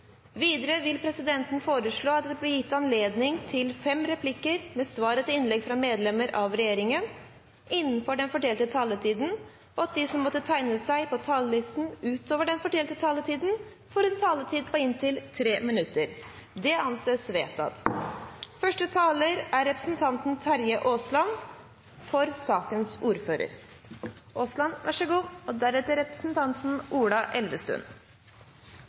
Videre vil presidenten foreslå at det blir gitt anledning til fem replikker med svar etter innlegg fra medlemmer av regjeringen innenfor den fordelte taletid, og at de som måtte tegne seg på talerlisten utover den fordelte taletid, får en taletid på inntil 3 minutter. – Det anses vedtatt. Aller først kan jeg gi uttrykk for at jeg synes det har vært veldig mange gode klimainnlegg i den foregående debatten, og